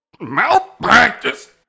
malpractice